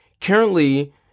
Currently